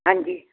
ਹਾਂਜੀ